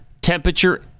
temperature